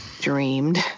dreamed